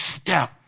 step